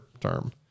term